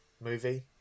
movie